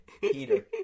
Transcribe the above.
Peter